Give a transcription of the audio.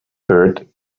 third